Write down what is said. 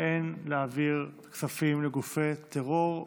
ואין להעביר כספים לגופי טרור,